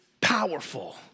powerful